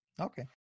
Okay